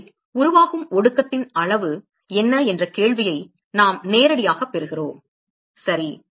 எனவே உருவாகும் ஒடுக்கத்தின் அளவு என்ன என்ற கேள்வியை நாம் நேரடியாகப் பெறுகிறோம் சரி